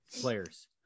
players